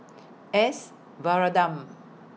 S Varathan